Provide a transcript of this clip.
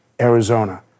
Arizona